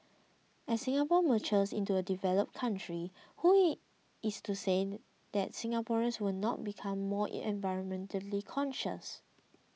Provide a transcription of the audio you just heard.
as Singapore matures into a developed country who in is to say that Singaporeans will not become more environmentally conscious